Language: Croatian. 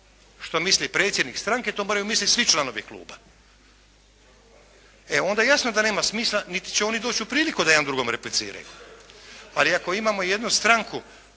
Što misli predsjednik stranke to moraju misliti svi članovi kluba. E onda jasno da nema smisla niti će oni doći u priliku da jedan drugome repliciraju. Ali ako imamo jednu stranku